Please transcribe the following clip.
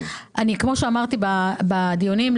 כמו שאמרתי בדיונים,